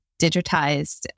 digitized